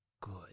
good